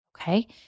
okay